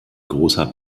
großer